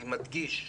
אני מדגיש,